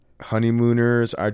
Honeymooners